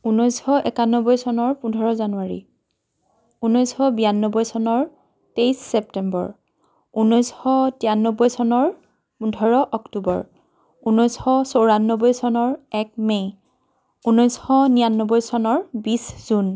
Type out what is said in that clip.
ঊনৈছশ একানব্বৈ চনৰ পোন্ধৰ জানুৱাৰী ঊনৈছশ বিৰানব্বৈ চনৰ তেইছ চেপ্তেম্বৰ ঊনৈছশ তিৰানব্বৈ চনৰ পোন্ধৰ অক্টোবৰ ঊনৈছশ চৌৰানব্বৈ চনৰ এক মে' ঊনৈছশ নিৰানব্বৈ চনৰ বিছ জুন